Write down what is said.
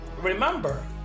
remember